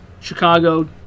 Chicago